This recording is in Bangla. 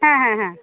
হ্যাঁ হ্যাঁ হ্যাঁ